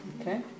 Okay